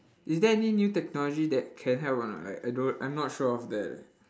is there any new technology that can help or not like I don~ I'm not sure of that leh